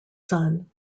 son